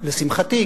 לשמחתי,